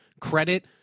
credit